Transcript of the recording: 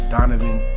Donovan